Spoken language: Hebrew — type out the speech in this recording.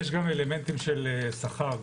יש גם אלמנט שכר.